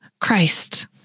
Christ